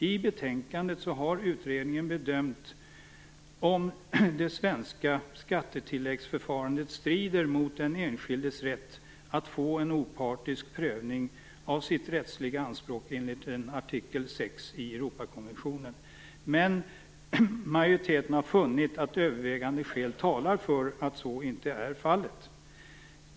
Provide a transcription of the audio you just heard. I betänkandet har utredningen bedömt om det svenska skattetilläggsförfarandet strider mot den enskildes rätt att få en opartisk prövning av sitt rättsliga anspråk enligt artikel 6 i Europakonventionen. Majoriteten har emellertid funnit att övervägande skäl talar för att så inte är fallet.